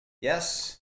Yes